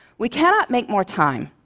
we cannot make more time,